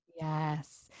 Yes